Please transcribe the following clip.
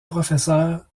professeur